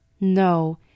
No